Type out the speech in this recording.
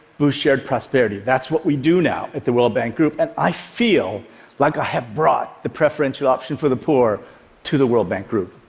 boost shared prosperity. that's what we do now at the world bank group. and i feel like i have brought the preferential option for the poor to the world bank group.